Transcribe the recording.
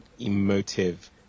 emotive